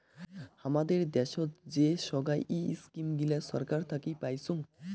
হামাদের দ্যাশোত যে সোগায় ইস্কিম গিলা ছরকার থাকি পাইচুঙ